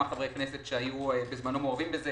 חברי כנסת שהיו בזמנו מעורבים בזה.